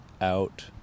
out